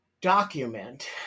document